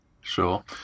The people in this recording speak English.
Sure